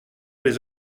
les